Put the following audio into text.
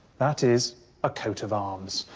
that is a coat of arms,